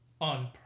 on